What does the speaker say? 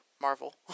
marvel